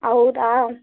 ಹೌದಾ